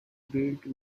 built